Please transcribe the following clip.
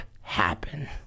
happen